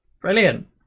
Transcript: Brilliant